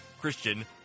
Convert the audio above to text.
Christian